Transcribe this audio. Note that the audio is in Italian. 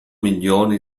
milioni